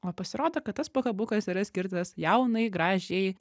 o pasirodo kad tas pakabukas yra skirtas jaunai gražiai